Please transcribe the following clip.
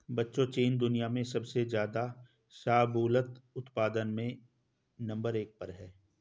बच्चों चीन दुनिया में सबसे ज्यादा शाहबूलत उत्पादन में नंबर एक पर है